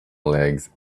legs